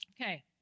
Okay